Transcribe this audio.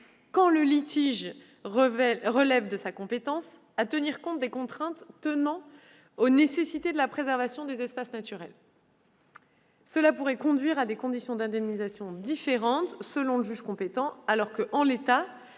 le litige relève de sa compétence, à tenir compte des contraintes tenant aux nécessités de la préservation des espaces naturels. Cela pourrait conduire à des conditions d'indemnisation différentes selon le juge compétent, alors que, en l'état,